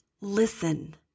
listen